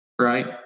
right